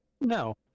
No